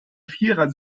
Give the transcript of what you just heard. vierer